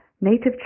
native